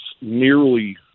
nearly